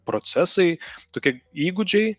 procesai tokie įgūdžiai